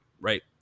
right